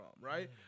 right